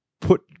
put